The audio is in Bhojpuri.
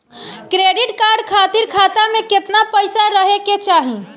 क्रेडिट कार्ड खातिर खाता में केतना पइसा रहे के चाही?